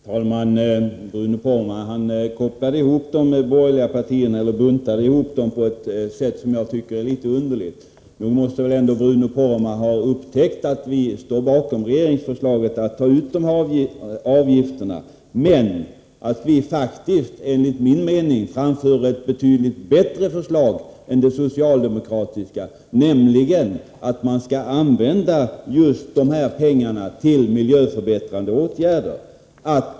Herr talman! Bruno Poromaa buntade ihop de borgerliga partierna på ett sätt som jag tycker är litet underligt. Nog måste väl Bruno Poromaa ha upptäckt att vi står bakom regeringsförslaget att ta ut dessa avgifter, men att vi faktiskt, enligt min mening, för fram ett betydligt bättre förslag än det socialdemokratiska. Vi menar nämligen att just dessa pengar skall användas för miljöförbättrande åtgärder.